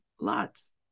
Lots